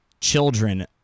children